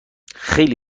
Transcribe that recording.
خیلی